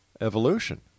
evolution